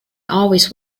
always